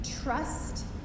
trust